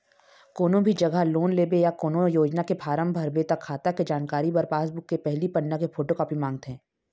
कोनो भी जघा लोन लेबे या कोनो योजना के फारम भरबे त खाता के जानकारी बर पासबूक के पहिली पन्ना के फोटोकापी मांगथे